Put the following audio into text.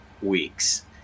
weeks